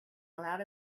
allowed